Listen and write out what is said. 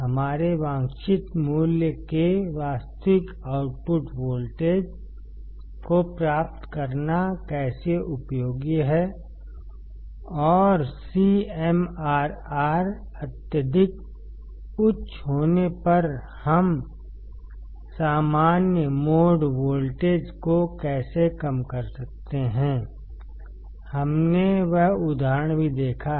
हमारे वांछित मूल्य के वास्तविक आउटपुट वोल्टेज को प्राप्त करना कैसे उपयोगी है और CMRR अत्यधिक उच्च होने पर हम सामान्य मोड वोल्टेज को कैसे कम कर सकते हैं हमने वह उदाहरण भी देखा है